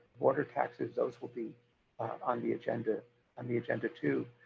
border taxes, those will be on the agenda um the agenda too.